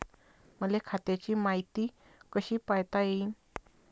मले खात्याची मायती कशी पायता येईन?